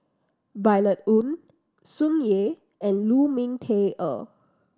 Violet Oon Tsung Yeh and Lu Ming Teh Earl